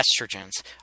estrogens